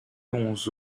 onze